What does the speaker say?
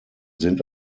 sind